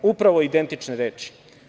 Upravo identične reči.